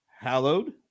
hallowed